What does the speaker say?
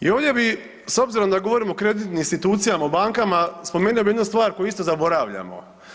I ovdje bi s obzirom da govorimo o kreditnim institucijama, o bankama, spomenuo bi jednu stvar koju isto zaboravljamo.